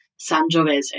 Sangiovese